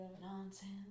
nonsense